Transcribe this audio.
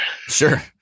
Sure